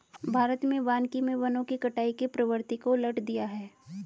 भारत में वानिकी मे वनों की कटाई की प्रवृत्ति को उलट दिया है